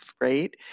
right